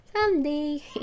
someday